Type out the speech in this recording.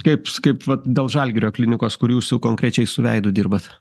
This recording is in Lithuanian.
kaips kaip vat dėl žalgirio klinikos kur jūsų konkrečiai su veidu dirbat